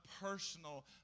personal